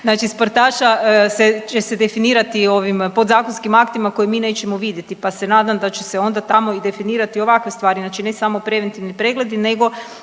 znači sportaša će se definirati ovim podzakonskim aktima koje mi nećemo vidjeti pa se nadam da će se onda tamo i definirati ovakve stvari, znači ne samo preventivni pregledi nego